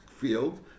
field